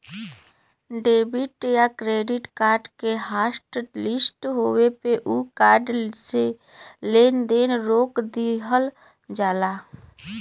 debit या credit card के हॉटलिस्ट होये पे उ कार्ड से लेन देन रोक दिहल जाला